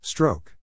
Stroke